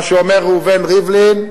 מה שאומר ראובן ריבלין,